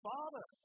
Father